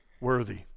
Worthy